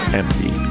empty